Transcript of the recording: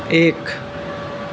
एक